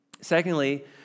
Secondly